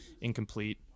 incomplete